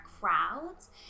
crowds